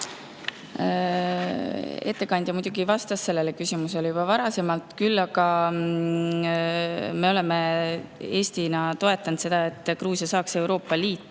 Ettekandja muidugi vastas sellele küsimusele juba varasemalt. Aga Eesti on toetanud seda, et Gruusia saaks Euroopa Liitu.